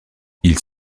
ils